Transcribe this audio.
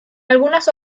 algunas